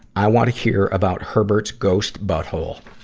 i want to hear about herbert's ghost butthole.